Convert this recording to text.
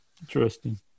interesting